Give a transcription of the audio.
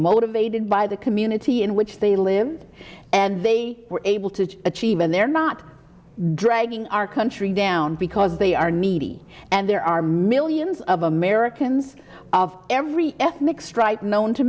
motivated by the community in which they live and they were able to achieve and they're not dragging our country down because they are needy and there are millions of of americans every ethnic stripe known to